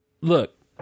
Look